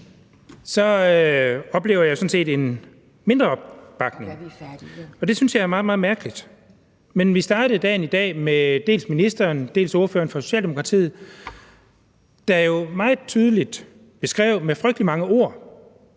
dag oplever jeg sådan set en mindre opbakning, og det synes jeg er meget, meget mærkeligt. Vi startede dagen i dag med dels ministeren, dels ordføreren for Socialdemokratiet, der jo meget tydeligt beskrev med frygtelig mange ord,